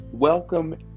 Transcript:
Welcome